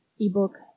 ebook